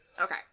Okay